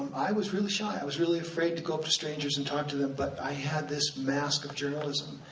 i was really shy, i was really afraid to go up to strangers and talk to them, but i had this mask of journalism.